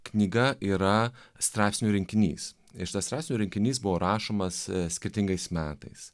knyga yra straipsnių rinkinys ir šitas rasių rinkinys buvo rašomas skirtingais metais